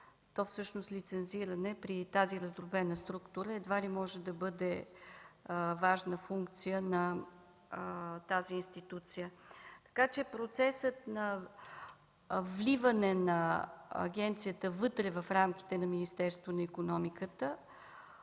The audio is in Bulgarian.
Всъщност лицензиране при тази раздробена структура едва ли може да бъде важна функция на тази институция. Така че процесът на вливане на агенцията вътре в рамките на Министерството на икономиката